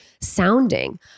sounding